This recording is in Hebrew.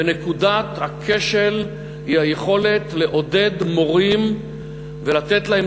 ונקודת הכשל היא היכולת לעודד מורים ולתת להם